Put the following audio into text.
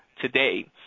today